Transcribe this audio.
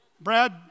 Brad